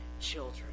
children